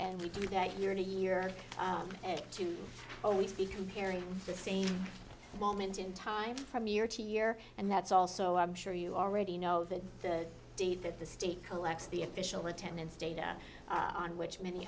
and we do that you're in a year or two only to be comparing the same moment in time from year to year and that's also i'm sure you already know that the date that the state collects the official attendance data on which many